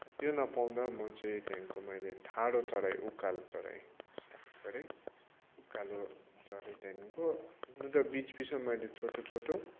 त्यो नपाउँदा म चाहिँ त्यहाँदेखिको मैले ठाडो चढाइ उकालो चढाइ स्टार्ट गरेँ उकालो चढेँ त्यहाँदेखिको हुनु त बिच बिचमा मैले छोटो छोटो